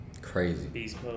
Crazy